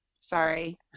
Sorry